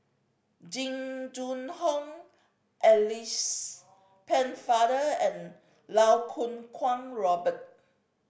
Jing Jun Hong Alice Pennefather and Lau Kong Kwong Robert